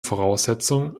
voraussetzung